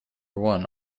one